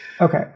Okay